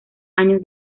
años